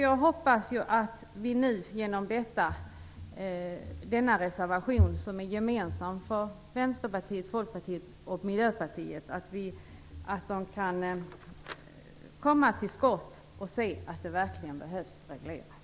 Jag hoppas att de genom denna reservation, som är gemensam för Vänsterpartiet, Folkpartiet och Miljöpartiet, kan komma till skott och se att detta verkligen behöver regleras.